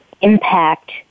impact